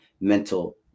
mental